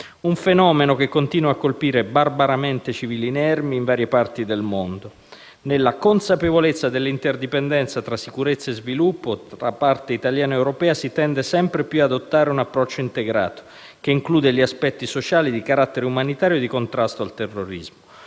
un fenomeno che continua a colpire barbaramente civili inermi in varie parti del mondo. Nella consapevolezza dell'interdipendenza tra sicurezza e sviluppo, da parte italiana ed europea si tende sempre più ad adottare un approccio integrato, che includa gli aspetti sociali e quelli di carattere umanitario e di contrasto al terrorismo.